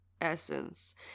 Essence